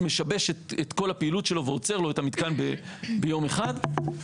משבש את כל הפעילות שלו ועוצר לו את המתקן ביום אחד.